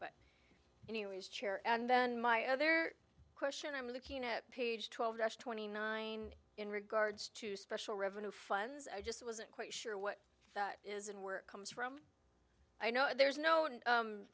compact anyways chair and then my other question i'm looking at page twelve twenty nine in regards to special revenue funds i just wasn't quite sure what that is and where it comes from i know there's no